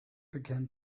began